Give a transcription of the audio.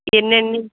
ఎన్నండి